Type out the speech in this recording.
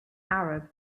arab